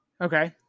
Okay